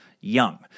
young